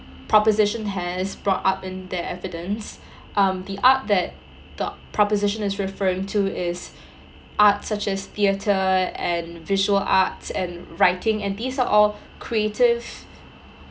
proposition has brought up in their evidence um the art that the proposition referring to is art such as theater and visual arts and writing and these are all creative